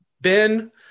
ben